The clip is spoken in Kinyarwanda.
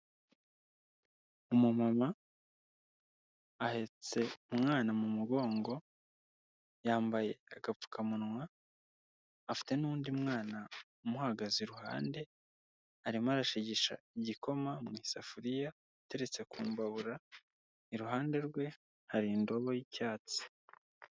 Umumama ahetse umwana mu mugongo, yambaye agapfukamunwa, afite n'undi mwana umuhagaze iruhande, arimo arashigisha igikoma mu isafuriya iteretse kumbabura , iruhande rwe hari indobo y'icyatsi.